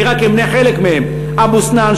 אני רק אמנה חלק מהם: אבו-סנאן,